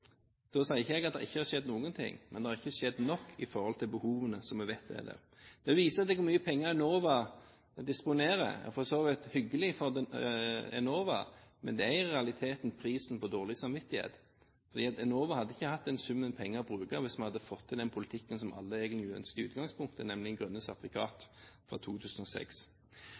Da sier jeg ikke at det ikke har skjedd noe, men det har ikke skjedd nok i forhold til behovene som vi vet er der. Det viser egentlig hvor mye penger Enova disponerer – for så vidt hyggelig for Enova – men det er i realiteten prisen på dårlig samvittighet. Enova hadde ikke hatt den summen penger å bruke hvis vi hadde fått til den politikken som alle egentlig ønsker i utgangspunktet, nemlig grønne sertifikater, fra 2006.